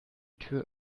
tür